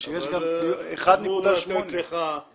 שיש 1.8 --- מכון התקנים אמור לתת לך פתרון.